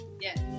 Yes